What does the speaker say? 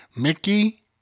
Mickey